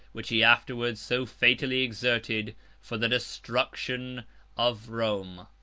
which he afterwards so fatally exerted for the destruction of rome.